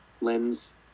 lens